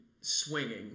swinging